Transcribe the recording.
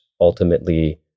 ultimately